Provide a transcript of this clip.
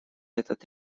этот